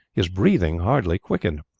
his breathing hardly quickened.